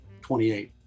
28